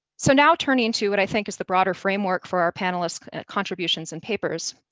so, now, turning into what i think is the broader framework for our panelists contributions and papers.